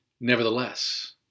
Nevertheless